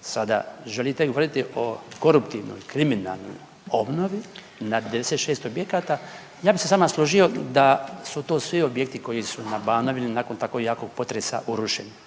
sada želite govoriti o koruptivnoj i kriminalnoj obnovi na 96 objekata. Ja bi se s vama složio da su to svi objekti koji su na Banovini nakon tako jakog potresa urušeni,